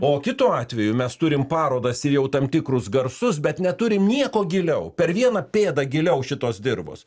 o kitu atveju mes turim parodas ir jau tam tikrus garsus bet neturim nieko giliau per vieną pėdą giliau šitos dirvos